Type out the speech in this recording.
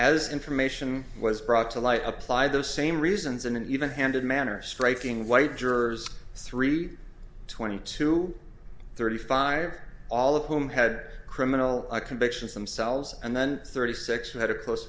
as information was brought to light apply those same reasons in an even handed manner striking white jurors three twenty to thirty five all of whom had criminal convictions themselves and then thirty six who had a close